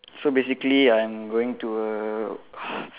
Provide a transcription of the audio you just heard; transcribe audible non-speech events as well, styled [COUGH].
so basically I'm going to a [BREATH]